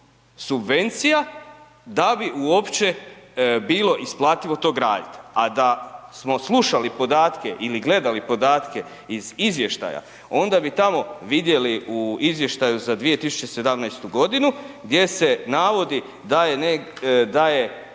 subvencija da bi uopće bilo isplativo to graditi. A da smo slušali podatke ili gledali podatke iz izvještaja onda bi tamo vidjeli u izvještaju za 2017. godinu da je